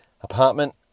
apartment